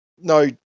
No